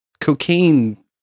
cocaine